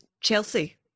chelsea